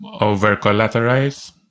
over-collateralize